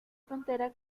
frontera